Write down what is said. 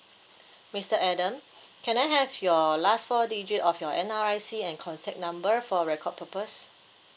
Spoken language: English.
mister adam can I have your last four digit of your N_R_I_C and contact number for record purpose